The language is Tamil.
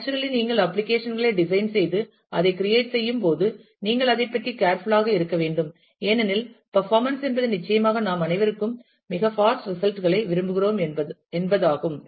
நேச்சுரலி நீங்கள் அப்ளிகேஷன் களை டிசைன் செய்து அதை கிரியேட் செய்யும்போது நீங்கள் அதைப் பற்றி கேர்ஃபுல் ஆக இருக்க வேண்டும் ஏனெனில் பர்ஃபாமென்ஸ் என்பது நிச்சயமாக நாம் அனைவரும் மிக பாஸ்ட் ரிசல்ட் களை விரும்புகிறோம் என்பதாகும்